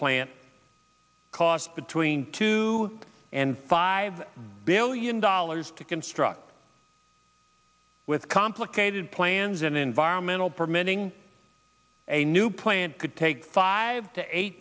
plant costs between two and five billion dollars to construct with complicated plans and environmental permitting a new plant could take five to eight